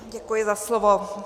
Děkuji za slovo.